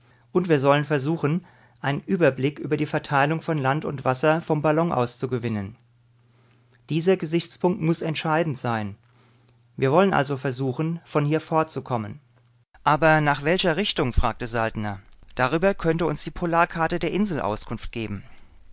und wir sollen versuchen einen überblick über die verteilung von land und wasser vom ballon aus zu gewinnen dieser gesichtspunkt muß entscheidend sein wir wollen also versuchen von hier fortzukommen aber nach welcher richtung fragte saltner darüber könnte uns die polarkarte der insel auskunft geben